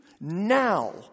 now